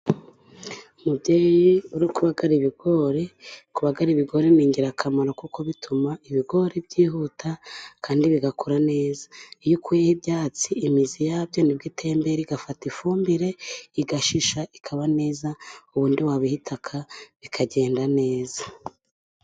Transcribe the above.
Umubyeyi uri kubagara ibigori; kubagara ibigori ni ingirakamaro kuko bituma ibigori byihuta kandi bigakura neza. Iyo ukuyeho ibyatsi, imizi yabyo nibwo itembera igafata ifumbire, igashisha, ikaba neza, ubundi wabiha itaka bikagenda neza.